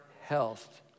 health